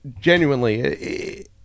genuinely